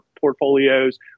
portfolios